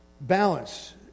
Balance